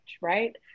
right